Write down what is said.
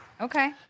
Okay